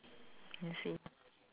I see